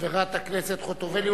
חברת הכנסת חוטובלי,